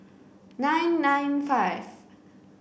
nine nine five